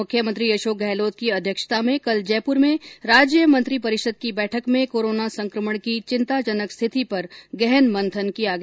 मुख्यमंत्री अशोक गहलोत की अध्यक्षता में कल जयपुर में राज्य मंत्रीपरिषद की बैठक में कोरोना संकमण की चिंताजनक स्थिति पर गहन मंथन किया गया